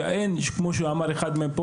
וכמו שאמר פה אחד הדוברים,